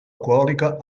alcohòlica